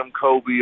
Kobe